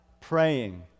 praying